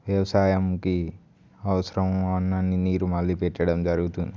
వ్యవసాయంకి అవసరం ఉన్నన్ని నీరు మళ్ళీపెట్టడం జరుగుతుంది